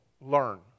learn